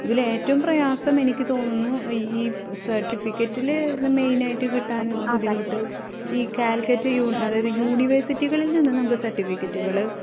ഇതിലേറ്റവും പ്രയാസം എനിക്ക് തോന്നുന്നു ഈ ഈ സർട്ടിഫിക്കറ്റിൽ മെയിനായിട്ട് കിട്ടാൻ ബുദ്ധിമുട്ട് ഈ കാലിക്കറ്റ് യൂൺ അതായത് യൂണിവേഴ്സിറ്റികളിൽ നിന്ന് നമുക്ക് സർട്ടിഫിക്കറ്റുകൾ